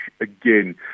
again